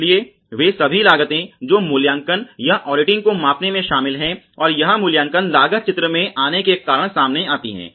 इसलिए वे सभी लागतें जो मूल्यांकन या ऑडिटिंग को मापने में शामिल हैं और यह मूल्यांकन लागत चित्र में आने के कारण सामने आती है